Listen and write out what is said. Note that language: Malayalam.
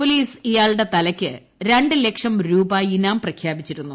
പൊലീസ് ഇയാളുടെ തലക്ക് രണ്ട് ലക്ഷം രൂപ ഇനാം പ്രഖ്യാപിച്ചിരുന്നു